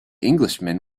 englishman